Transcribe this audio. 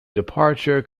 departure